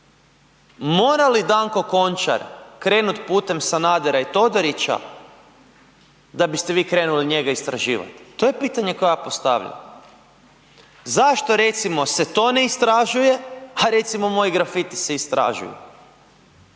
mora li Danko Končar krenut putem Sanadera i Todorića da biste vi krenuli njega istraživat? To je pitanje koje ja postavljam. Zašto recimo se to ne istražuje, a recimo moji grafiti se istražuju?